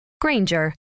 Granger